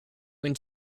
when